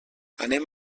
anem